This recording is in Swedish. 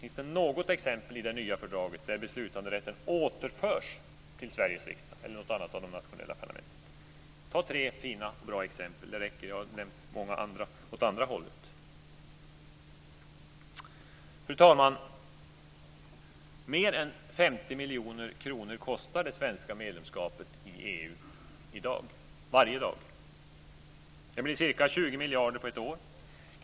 Finns det något exempel i det nya fördraget där beslutanderätten återförs till Sveriges riksdag eller något annat av de nationella parlamenten? Det räcker. Jag har nämnt många exempel åt andra hållet. Fru talman! Mer än 50 miljoner kronor kostar det svenska medlemskapet i EU varje dag. Det blir ca 20 miljarder på ett år.